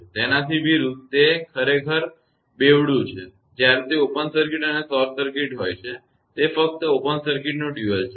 તેથી તેનાથી વિરુદ્ધ તે ખરેખર બેવડુ ડ્યુલ છે જ્યારે તે ઓપન સર્કિટ અને શોર્ટ સર્કિટ હોય છે તે ફક્ત ઓપન સર્કિટનું ડ્યુલ છે